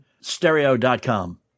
stereo.com